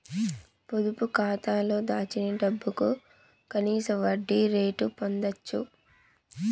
పొదుపు కాతాలో దాచిన డబ్బుకు కనీస వడ్డీ రేటు పొందచ్చు